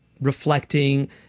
reflecting